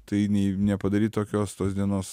tai nei nepadaryt tokios tos dienos